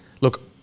look